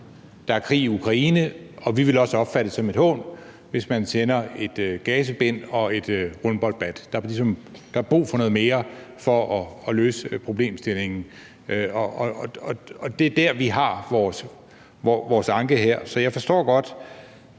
Der er krig i Ukraine, og vi ville også opfatte det som en hån, hvis man sender et gazebind og et rundboldbat. Der er brug for noget mere for at løse problemstillingen, og det er der, vi har vores anke. Så jeg forstår godt,